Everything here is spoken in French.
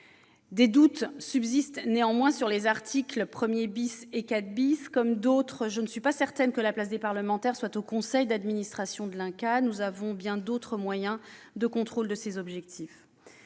Des doutes subsistent néanmoins sur les articles 1 et 4 . Comme d'autres, je ne suis pas certaine que la place des parlementaires soit au conseil d'administration de l'INCa. Nous avons bien d'autres moyens de contrôle de ses objectifs.